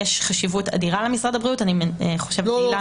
יש חשיבות אדירה למשרד הבריאות.